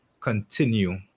continue